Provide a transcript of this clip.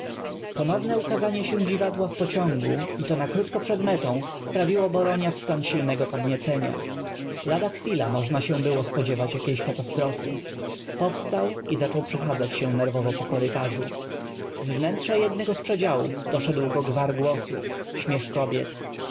ne ukazanie się dziw adła w pociągu i to na krótko przed m etą w praw iło b oronia w stan silnego podniecenia l ada chw ila m ożna się było spodziew ać jakiejś katastrofy p o w stał i zaczął przechadzać się nerw ow o po korytarzu z w nętrza jednego z przedzia łów doszedł go g w ar głosów śmiech